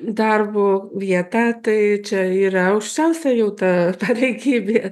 darbo vietą tai čia yra aukščiausia jau ta pareigybė